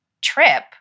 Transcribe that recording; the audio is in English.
trip